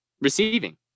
Receiving